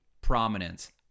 prominence